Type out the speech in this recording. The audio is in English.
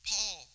Paul